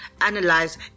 analyze